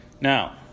Now